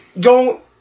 go